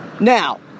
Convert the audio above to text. Now